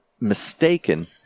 mistaken